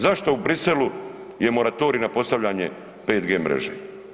Zašto u Bruxellesu je moratorij na postavljanje 5G mreže?